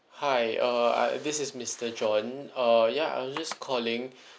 hi uh I this is mister john uh yeah I was just calling